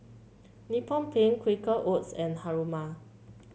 Nippon Paint Quaker Oats and Haruma